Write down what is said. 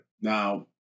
Now